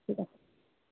ঠিক আছে